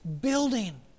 building